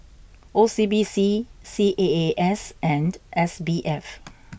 O C B C C A A S and S B F